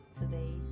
today